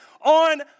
on